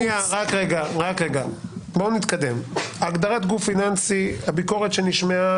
לגבי הגדרת גוף פיננסי הביקורת שנשמעה